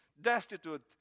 destitute